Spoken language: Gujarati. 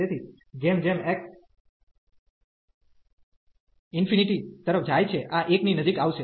તેથી જેમ જેમ x ઇન્ફીનીટી તરફ જાય છે આ 1 ની નજીક આવશે